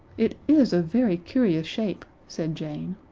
it is a very curious shape, said jane.